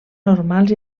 normals